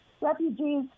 refugees